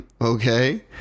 okay